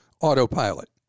autopilot